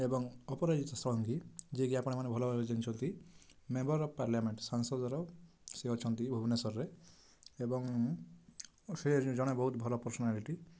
ଏବଂ ଅପରାଜିତା ଷଡ଼ଙ୍ଗୀ ଯିଏକି ଅଛନ୍ତି ଯିଏକି ଆପଣମାନେ ଭଲ ଭାବେ ଚିହ୍ନିଛନ୍ତି ମେମ୍ବର୍ ଅଫ ପାର୍ଲାମେଣ୍ଟ ସାଂସଦର ସେ ଅଛନ୍ତି ଭୁବନେଶ୍ୱରରେ ଏବଂ ସେ ଜଣେ ବହୁତ ଭଲ ପର୍ସନାଲିଟି